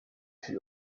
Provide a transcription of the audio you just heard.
fut